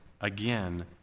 again